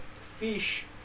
fish